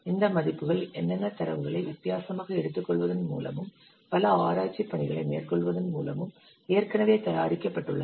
இந்த மதிப்புகள் என்னென்ன தரவுகளை வித்தியாசமாக எடுத்துக்கொள்வதன் மூலமும் பல ஆராய்ச்சிப் பணிகளை மேற்கொள்வதன் மூலமும் ஏற்கனவே தயாரிக்கப்பட்டுள்ளன